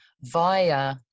via